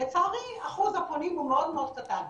לצערי אחוז הפונים הוא מאוד מאוד קטן,